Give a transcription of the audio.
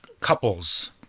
couples